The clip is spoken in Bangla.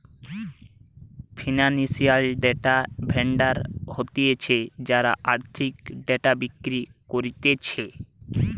ফিনান্সিয়াল ডেটা ভেন্ডর হতিছে যারা আর্থিক ডেটা বিক্রি করতিছে